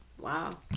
wow